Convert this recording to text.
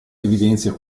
evidenzia